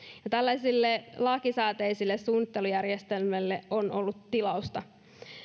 ja tällaisille lakisääteisille suunnittelujärjestelmille on ollut tilausta